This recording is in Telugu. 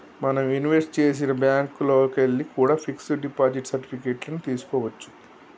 మనం ఇన్వెస్ట్ చేసిన బ్యేంకుల్లోకెల్లి కూడా పిక్స్ డిపాజిట్ సర్టిఫికెట్ లను తీస్కోవచ్చు